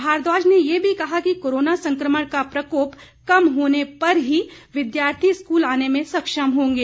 भारद्वाज ने ये भी कहा कि कोरोना संक्रमण का प्रकोप कम होने पर ही विद्यार्थी स्कूल आने में सक्षम होंगे